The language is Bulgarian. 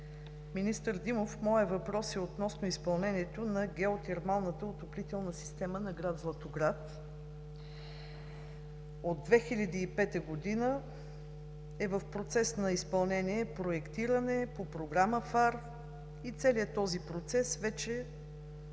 Министър Димов, моят въпрос е относно изпълнението на геотермалната отоплителна система на град Златоград. От 2005 г. е в процес на изпълнение и проектиране по програма ФАР и целият този процес тече